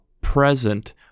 present